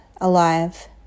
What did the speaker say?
alive